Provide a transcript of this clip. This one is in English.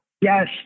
Yes